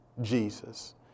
Jesus